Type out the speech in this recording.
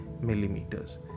millimeters